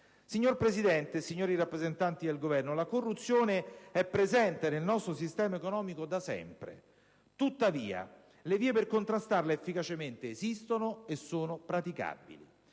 Signor Presidente, signori rappresentanti del Governo, la corruzione è presente nel nostro sistema economico da sempre; tuttavia, le vie per contrastarla efficacemente esistono e sono praticabili.